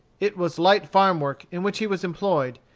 it was light farm-work in which he was employed,